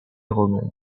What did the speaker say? romaine